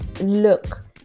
look